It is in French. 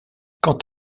quant